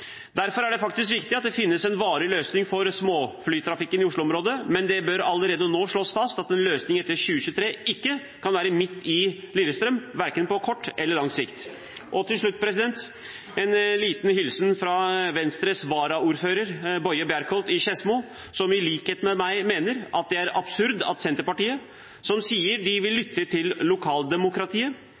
Derfor er det faktisk viktig at det finnes en varig løsning for småflytrafikken i Oslo-området, men det bør allerede nå slås fast at en løsning etter 2023 ikke kan være midt i Lillestrøm, verken på kort eller på lang sikt. Til slutt har jeg en liten hilsen fra Venstres varaordfører i Skedsmo, Boye Bjerkholt, som i likhet med meg mener det er absurd at Senterpartiet, som sier de vil lytte til lokaldemokratiet,